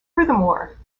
furthermore